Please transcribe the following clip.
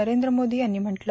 नरेंद्र मोदी यांनी म्हटलं